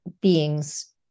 beings